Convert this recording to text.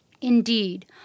Indeed